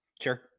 Sure